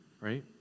Right